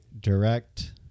direct